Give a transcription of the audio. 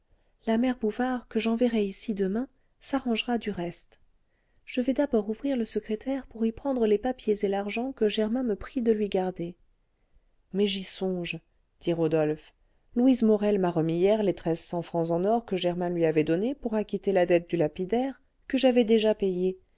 la mère bouvard que j'enverrai ici demain s'arrangera du reste je vais d'abord ouvrir le secrétaire pour y prendre les papiers et l'argent que germain me prie de lui garder mais j'y songe dit rodolphe louise morel m'a remis hier les treize cents francs en or que germain lui avait donnés pour acquitter la dette du lapidaire que j'avais déjà payée